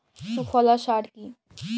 সুফলা সার কি?